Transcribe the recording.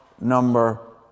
number